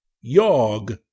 Yog